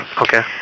Okay